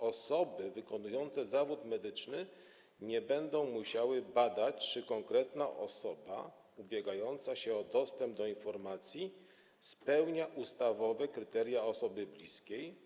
Osoby wykonujące zawód medyczny nie będą musiały badać, czy konkretna osoba ubiegająca się o dostęp do informacji spełnia ustawowe kryteria osoby bliskiej.